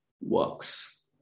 works